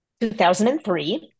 2003